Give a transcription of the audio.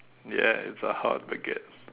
ya it's a hard baguette